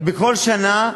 בכל שנה,